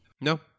No